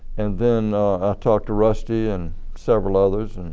and then i talked to rusty and several others